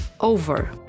OVER